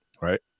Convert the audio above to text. Right